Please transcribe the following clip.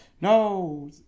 no